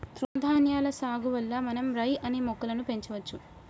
తృణధాన్యాల సాగు వల్ల మనం రై అనే మొక్కలను పెంచవచ్చు